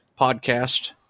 podcast